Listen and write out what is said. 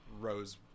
rose